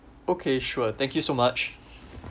okay sure thank you so much